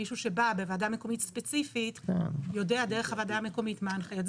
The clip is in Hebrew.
מישהו שבא בוועדה מקומית ספציפית יודע דרך הוועדה המקומית מה ההנחיות.